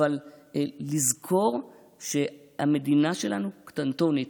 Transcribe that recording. לזכור שהמדינה שלנו קטנטונת,